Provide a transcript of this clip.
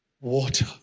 water